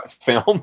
film